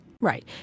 Right